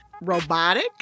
Robotic